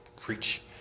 Preach